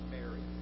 Mary